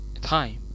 time